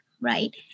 right